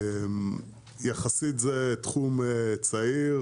יחסית זה תחום צעיר,